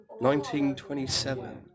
1927